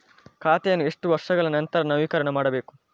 ಖಾತೆಯನ್ನು ಎಷ್ಟು ವರ್ಷಗಳ ನಂತರ ನವೀಕರಣ ಮಾಡಬೇಕು?